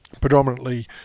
predominantly